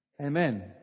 Amen